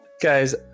guys